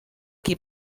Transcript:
qui